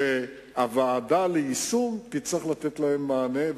והוועדה ליישום תצטרך לתת עליהן מענה,